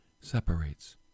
separates